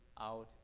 out